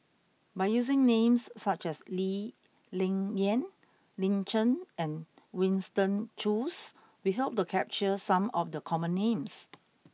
by using names such as Lee Ling Yen Lin Chen and Winston Choos we hope to capture some of the common names